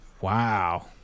Wow